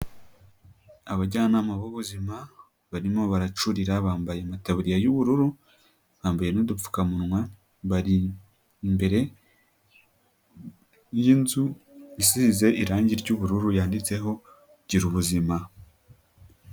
Abajyanama b'ubuzima barimo baracurira bambaye amataburiya yu'ubururu, bambaye n'udupfukamunwa, bari imbere y'inzu isize irangi ry'ubururu, yanditseho girubuzima.